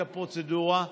את הפרוצדורה,